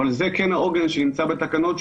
אבל זה כן העוגן שנמצא בתקנות,